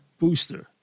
booster